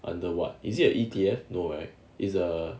under what is it a E_T_F no right is it a